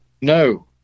No